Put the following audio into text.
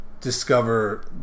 discover